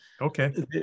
okay